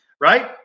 right